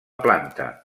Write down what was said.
planta